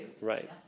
Right